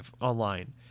online